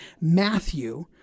Matthew